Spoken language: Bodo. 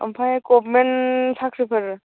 आमफ्राइ गर्मेन साख्रिफोर